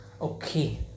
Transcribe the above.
okay